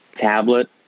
tablet